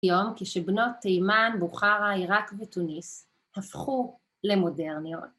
היום כשבנות תימן, בוכרה, עיראק ותוניס הפכו למודרניות